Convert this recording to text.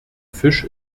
fisch